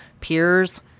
Peers